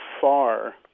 far